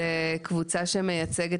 זו קבוצה שמייצגת